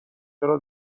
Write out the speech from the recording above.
چرا